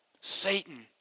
Satan